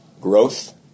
Growth